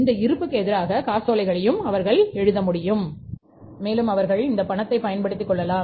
இந்த இருப்புக்கு எதிராக காசோலைகளை எழுத முடியும் மேலும் அவர்கள் இந்த பணத்தை பயன்படுத்திக் கொள்ளலாம்